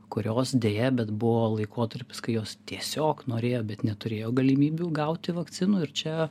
kurios deja bet buvo laikotarpis kai jos tiesiog norėjo bet neturėjo galimybių gauti vakcinų ir čia